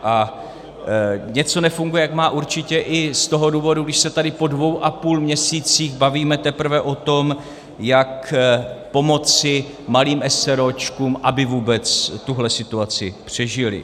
A něco nefunguje, jak má, určitě i z toho důvodu, když se tady po dvou a půl měsících bavíme teprve o tom, jak pomoci malým eseróčkům, aby vůbec tuto situaci přežily.